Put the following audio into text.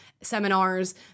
seminars